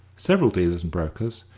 several dealers and brokers,